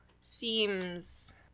seems